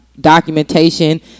documentation